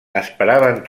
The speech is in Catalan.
esperaven